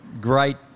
great